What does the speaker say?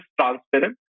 transparent